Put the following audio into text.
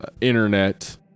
internet